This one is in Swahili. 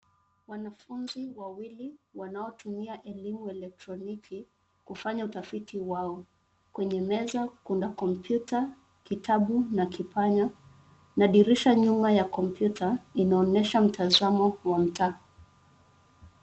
Wanafunzi wawili wanaotumia elimu elektroniki kufanya utafiti wao. Kwenye meza kuna kompyuta, kitabu na kipanya. Na dirisha nyuma ya kompyuta inaonyesha mtazamo wa mtaa.